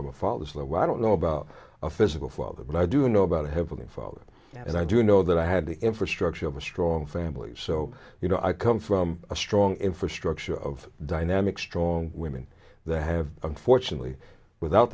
from a father's love i don't know about a physical father but i do know about heavenly father and i do know that i had the infrastructure of a strong family so you know i come from a strong infrastructure of dynamic strong women that have fortunately without